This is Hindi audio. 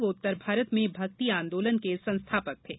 वह उत्तर भारत में भक्ति आंदोलन के संस्थापक थे